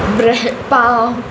bread पाव